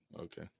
Okay